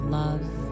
love